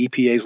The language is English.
EPA's